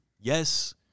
Yes